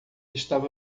estava